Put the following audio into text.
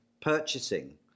purchasing